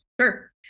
Sure